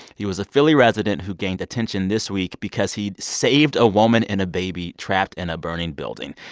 he was a philly resident who gained attention this week because he saved a woman and a baby trapped in a burning building.